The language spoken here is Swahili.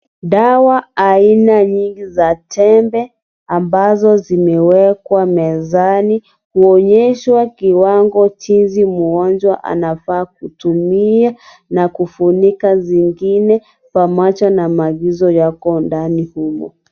Dawa aina nyingi za tembe ambazo zimewekwa mezani, kuonyeshwa kiwango jinsi ambayo mgonjwa anafaa kutumia na kufunika zingine pamoja na maagizo yako ndani humo.